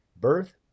Birth